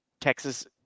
Texas